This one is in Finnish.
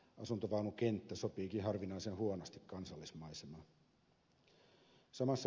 asuntovaunukenttä sopiikin harvinaisen huonosti kansallismaisemaan